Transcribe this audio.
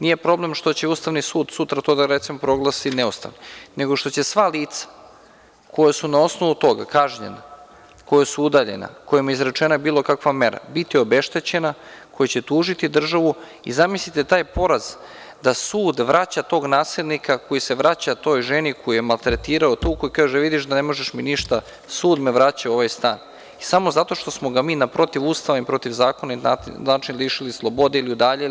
Nije problem što će Ustavni sud sutra da to, recimo, proglasi neustavnim, nego što će sva lica koja su na osnovu toga kažnjena, koja su udaljena, kojima je izrečena bilo kakva mera, biti obeštećena, koji će tužiti državu i zamislite taj poraz da sud vraća tog nasilnika koji se vraća toj ženi koju je maltretirao, tukao, i kaže joj – vidiš da mi ne možeš ništa, sud me vraća u ovaj stan, a samo zato što smo ga mi na protivustavan i protivzakonit način lišili slobode i udaljili.